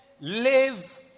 live